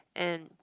and